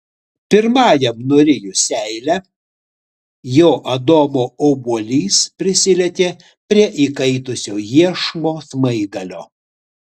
pirmajam nurijus seilę jo adomo obuolys prisilietė prie įkaitusio iešmo smaigalio